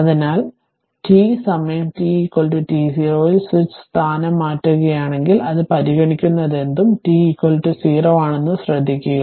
അതിനാൽ t സമയം t t0 ൽ സ്വിച്ച് സ്ഥാനം മാറ്റുകയാണെങ്കിൽ അത് പരിഗണിക്കുന്നതെന്തും t 0 ആണെന്ന് ശ്രദ്ധിക്കുക